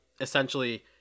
essentially